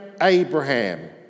Abraham